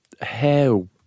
hell